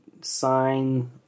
sign